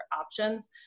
options